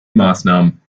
maßnahmen